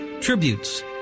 Tributes